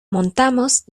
montamos